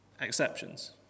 Exceptions